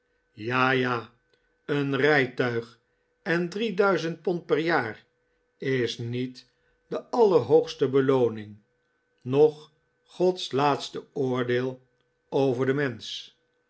ja ja een rijtuig en drie duizend pond per jaar is niet de allerhoogste belooning noch gods laatste oordeel over den mensch